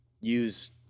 use